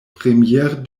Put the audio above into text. premiers